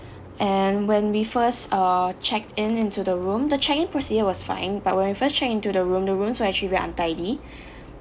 and when we first uh checked in into the room the check in procedure was fine but when we first checked into the room the rooms were actually very untidy